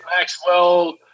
Maxwell